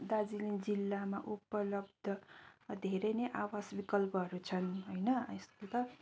दार्जिलिङ जिल्लामा उपलब्ध धेरै नै आवास विकल्पहरू छन् होइन यसले त